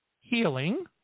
healing